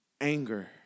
anger